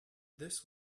this